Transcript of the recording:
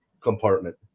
compartment